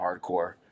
hardcore